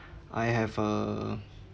I have a